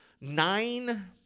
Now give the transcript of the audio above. nine –